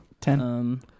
Ten